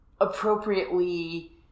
appropriately